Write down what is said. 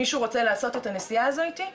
מישהו רוצה לעשות את הנסיעה הזו איתי?